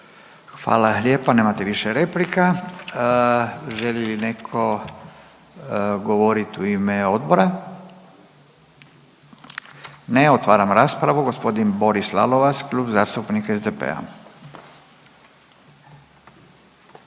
Hvala lijepo. Nemate više replika. Želi li netko govorit u ime Odbora. Ne. Otvaramo raspravu. Gospodin Boris Lalovac, Klub zastupnika SDP-a.